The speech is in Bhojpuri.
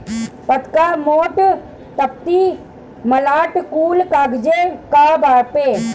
पतर्का, मोट, दफ्ती, मलाट कुल कागजे नअ बाअ